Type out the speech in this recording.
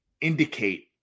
indicate